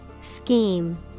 Scheme